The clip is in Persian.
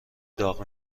داغ